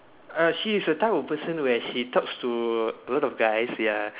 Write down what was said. uh she is the type of person where she talks to a lot of guys ya